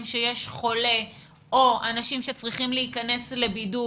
שיש חולה או אנשים שצריכים להיכנס לבידוד,